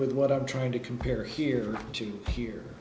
with what i'm trying to compare here to here